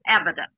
evidence